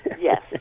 Yes